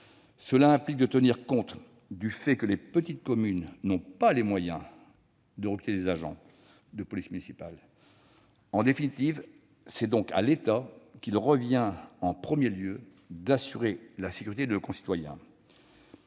Cela implique de tenir compte du fait que les petites communes n'ont pas les moyens de recruter des agents de police municipale. En définitive, c'est donc à l'État qu'il revient en premier lieu d'assurer la sécurité de nos concitoyens.